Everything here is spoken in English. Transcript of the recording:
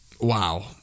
wow